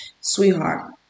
Sweetheart